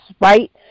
right